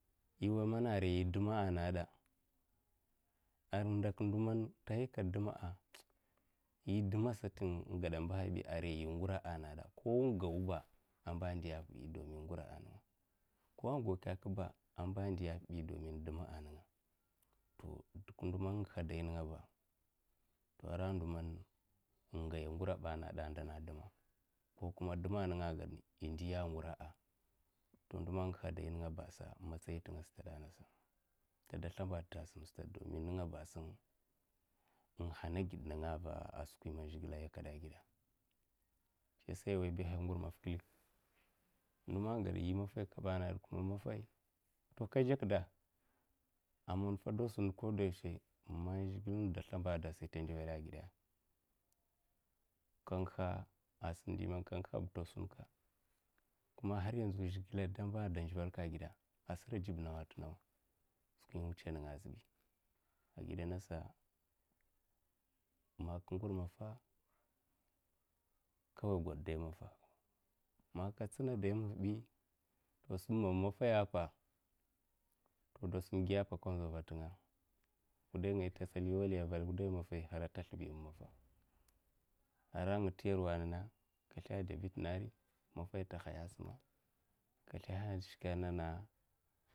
I wai mana a arai idima'a, a nageda in dok ndo man ta yaka d ma'a, yi d'ma'a satan in gada mbahaibi arai ingura'a, ana ko in go kabiba a mba ndiyapabi dumin d'ma'a a ninga to duk ndo man inngiha dai ningba ara ndo man in ngaya nguraba'a na geda a ndina a d'ma'a, ko kuma d'ma'a ninga a gwad indiya ngurya to ndo man in'ngihya dai ningabasa matsayi tinga stadanasa tada slimbadita sim stad dumin ningabasa in hana gid ninga ava skwi man zhikle a yakada'agida siyasa iwai bahha ndo man gwada yi maffai kabba a naged sa kuma maffai to kajakda aman kadu sim ndo koda yawshe. Zhikle man da slimbad'da sai ta ndivela a gida ka ngihe a sim ndi man ka ngiheba ta sun ka kuma harya nzu zhikle da mbada ndivelka gida asar jib nawa time skwi inwitsa ninga zibi a gida nasa maka ngur maffa kawai gwad dai maffa maka tsina dai maffbi insim man na maffaiyapa kadu sim giya ka ndzawava tinga'a wudainga ya tasada liwali va wudai maffai hara ta slibi dai maffa ara nga tayarwa a nana ka slaha da vetnari maffai ta haya a sama ka slaha shka nana.